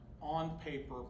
on-paper